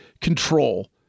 control